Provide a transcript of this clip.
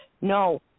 no